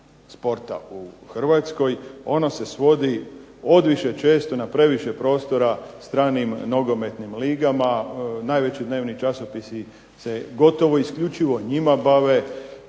sporta u Hrvatskoj. Ono se svodi odviše često na previše prostora stranim nogometnim ligama. Najveći dnevni časopisi se gotovo isključivo njima bave,